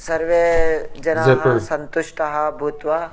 सर्वे जनाः सन्तुष्टाः भूत्वा